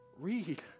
Read